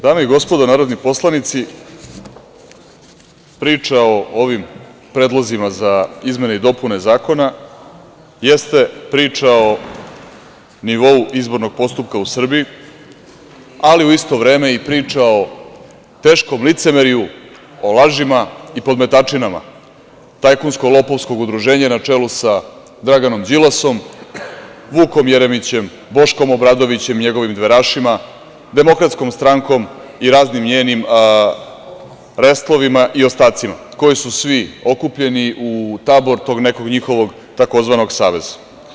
Dame i gospodo narodni poslanici, priča o ovim predlozima za izmene i dopune zakona jeste priča o nivou izbornog postupka u Srbiji, ali u isto vreme i priča o teškom licemerju, o lažima i podmetačinama tajkunsko-lopovskog udruženja na čelu sa Draganom Đilasom, Vukom Jeremićem, Boškom Obradovićem i njegovim dverašima, Demokratskom strankom i raznim njenim restlovima i ostacima, koji su svi okupljeni u tabor tog nekog njihovog tzv. saveza.